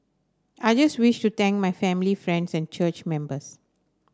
I just wish to thank my family friends and church members